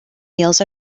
meals